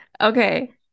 Okay